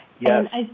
Yes